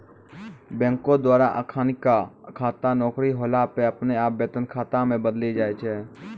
बैंको द्वारा अखिनका खाता नौकरी होला पे अपने आप वेतन खाता मे बदली जाय छै